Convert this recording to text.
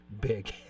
big